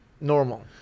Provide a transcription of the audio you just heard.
normal